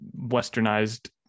westernized